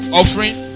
offering